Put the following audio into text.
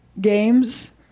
games